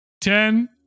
ten